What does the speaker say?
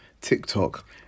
TikTok